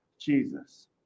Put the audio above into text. Jesus